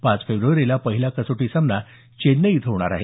पाच फेब्रवारीला पहिला कसोटी सामना चेन्नई इथं होणार आहे